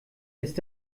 ist